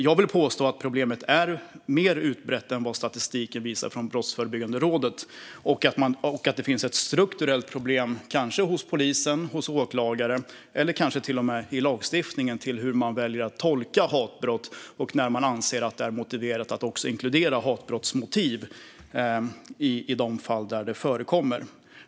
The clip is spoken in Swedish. Jag vill påstå att problemet är mer utbrett än vad Brottsförebyggande rådets statistik visar och att det finns ett strukturellt problem, kanske hos polisen, hos åklagaren eller till och med i lagstiftningen, när det gäller hur man väljer att tolka begreppet hatbrott och när man anser att det är motiverat att inkludera hatmotiv i bedömningen av de fall där det förekommer.